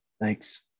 Thanks